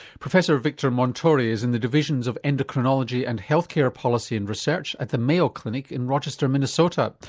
professor victor montori is in the divisions of endocrinology and health care policy and research at the mayo clinic in rochester minnesota.